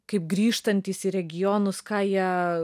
kaip grįžtantys į regionus ką jie